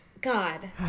god